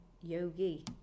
yogi